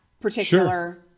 particular